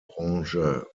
branche